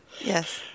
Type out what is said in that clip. Yes